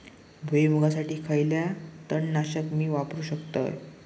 भुईमुगासाठी खयला तण नाशक मी वापरू शकतय?